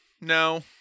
no